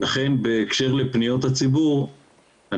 לכן בהקשר לפניות הציבור,